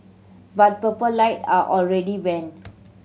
but Purple Light are already banned